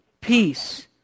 Peace